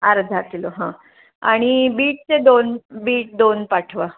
अर्धा किलो हां आणि बीटचे दोन बीट दोन पाठवा